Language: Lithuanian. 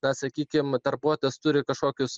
na sakykim darbuotojas turi kažkokius